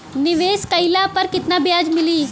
निवेश काइला पर कितना ब्याज मिली?